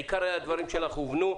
עיקרי הדברים שלך הובנו,